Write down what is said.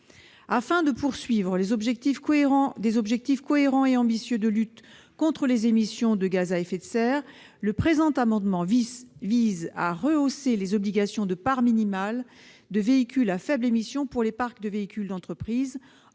Afin de viser des objectifs cohérents et ambitieux de lutte contre les émissions de gaz à effet de serre, le présent amendement vise à rehausser la part minimale de véhicules à faibles émissions dans les parcs de véhicules d'entreprise